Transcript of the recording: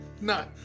No